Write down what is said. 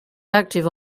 active